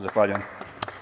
Zahvaljujem.